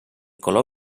color